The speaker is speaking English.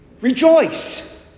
Rejoice